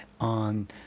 on